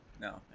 No